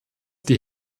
die